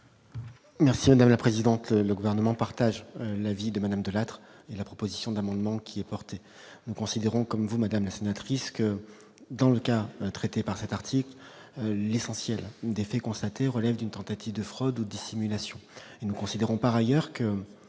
Merci, on a la présidente le gouvernement partage l'avis de Madame Delattre, la proposition d'amendement qui est porté, nous considérons comme vous, Madame la sénatrice, que dans le cas traités par cet article, l'essentiel des faits constatés relèvent d'une tentative de fraude ou dissimulation, il nous considérons par ailleurs que